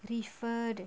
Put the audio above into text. referred